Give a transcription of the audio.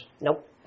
Nope